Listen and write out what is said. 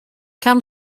can